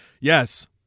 Yes